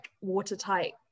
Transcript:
watertight